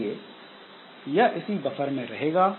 इसलिए यह इसी बफर में रहेगा